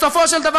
בסופו של דבר,